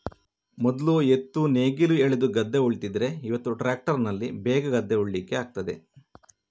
ಮೊದ್ಲು ಎತ್ತು ನೇಗಿಲು ಎಳೆದು ಗದ್ದೆ ಉಳ್ತಿದ್ರೆ ಇವತ್ತು ಟ್ರ್ಯಾಕ್ಟರಿನಲ್ಲಿ ಬೇಗ ಗದ್ದೆ ಉಳ್ಳಿಕ್ಕೆ ಆಗ್ತದೆ